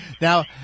Now